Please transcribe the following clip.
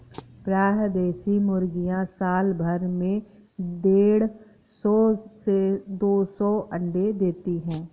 प्रायः देशी मुर्गियाँ साल भर में देढ़ सौ से दो सौ अण्डे देती है